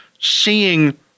seeing